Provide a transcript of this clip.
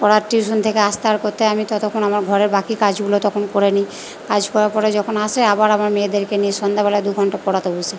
পড়ার টিউশান থেকে আসতে আর করতে আমি ততক্ষণ আমার ঘরের বাকি কাজগুলো তখন করে নিই কাজ করার পরে যখন আসে আবার আমার মেয়েদেরকে নিয়ে সন্ধেবেলা দু ঘন্টা পড়াতে বসি